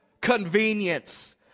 Convenience